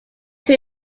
try